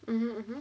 mmhmm mmhmm